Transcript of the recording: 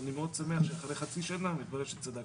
מאוד שמח שאחרי חצי שנה, מתברר שצדקתי.